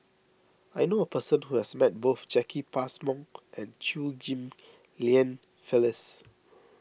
I knew a person who has met both Jacki Passmore and Chew Ghim Lian Phyllis